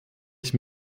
ich